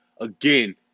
again